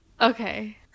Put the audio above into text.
Okay